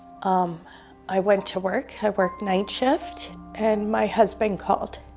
um i went to work. i worked night shift. and my husband called